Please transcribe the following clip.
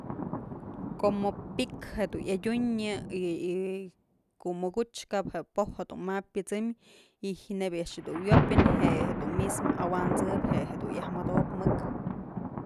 Como pi'ik jedun adyunyë y kumukuch kap je'e po'oj jedun ma pyësëm ij y nëbyë a'ax dun wyopyë je'e jedun mismo awansëbyë je'e jedun yaj mëdob mëk.